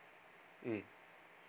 mm